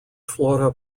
flora